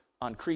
on